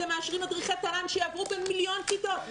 אתם מאשרים מדריכי --- שיעברו בין מיליון כיתות.